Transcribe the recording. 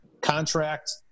contract